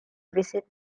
visit